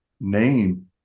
name